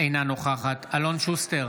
אינה נוכחת אלון שוסטר,